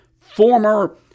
former